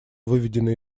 выведенный